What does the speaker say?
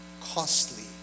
costly